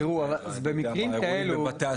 יותר פעמים אירועים בבתי הספר.